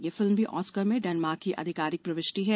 यह फिल्म भी ऑस्कर में डेनमार्क की आधिकारिक प्रविष्ट है